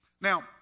Now